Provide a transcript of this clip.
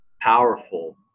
powerful